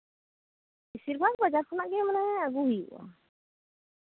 ᱵᱮᱥᱤᱨ ᱵᱷᱟᱜ ᱵᱟᱡᱟᱨ ᱠᱷᱚᱱᱟᱜ ᱜᱮ ᱢᱟᱱᱮ ᱟᱹᱜᱩ ᱦᱩᱭᱩᱜᱼᱟ